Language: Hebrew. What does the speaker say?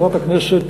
חברת הכנסת,